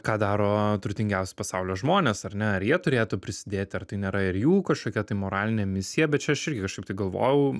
ką daro turtingiausi pasaulio žmonės ar ne ar jie turėtų prisidėti ar tai nėra ir jų kažkokia tai moralinė misija bet čia aš irgi kažkaip galvojau